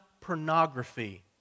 pornography